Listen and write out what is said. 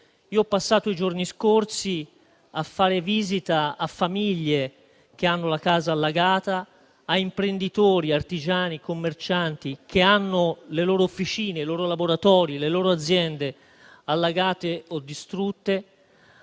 Ho passato i giorni scorsi a fare visita a famiglie che hanno la casa allagata, a imprenditori, artigiani e commercianti che hanno le loro officine, i loro laboratori e le loro aziende allagate o distrutte,